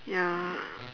ya